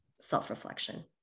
self-reflection